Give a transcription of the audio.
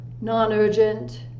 non-urgent